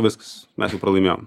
viskas mes jau pralaimėjom